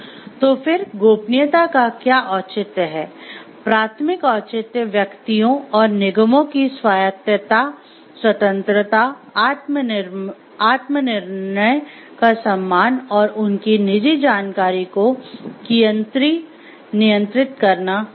तो फिर गोपनीयता का क्या औचित्य हैं प्राथमिक औचित्य व्यक्तियों और निगमों की स्वायत्तता स्वतंत्रता आत्मनिर्णय का सम्मान और उनकी निजी जानकारी को कियंत्री नियंत्रित करना है